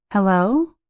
Hello